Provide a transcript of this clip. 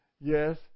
yes